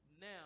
now